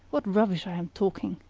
what rubbish i am talking!